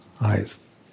eyes